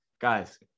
guys –